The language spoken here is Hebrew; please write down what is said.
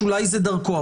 אולי דרכו.